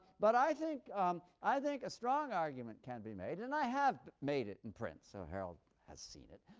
but i think i think a strong argument can be made, and i have made it in print so harold has seen it,